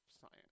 science